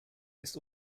ist